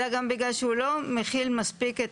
אלא גם בגלל שהוא לא מכיל מספיק את